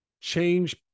change